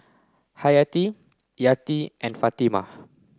Hayati Yati and Fatimah